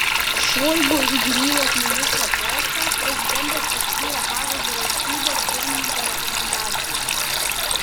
šoigu į gynybos ministro postą prezidentas paskyrė pagal vyriausybės pirmininko rekomendacijas